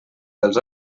dels